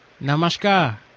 Namaskar